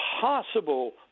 possible